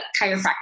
chiropractor